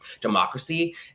democracy